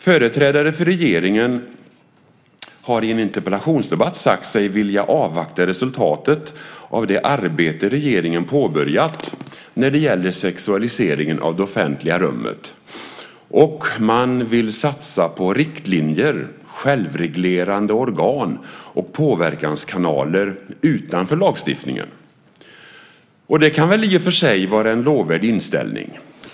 Företrädare för regeringen har i en interpellationsdebatt sagt sig vilja avvakta resultatet av det arbete som regeringen påbörjat när det gäller sexualiseringen av det offentliga rummet, och man vill satsa på riktlinjer, självreglerande organ och påverkanskanaler utanför lagstiftningen. Det kan väl i och för sig vara en lovvärd inställning.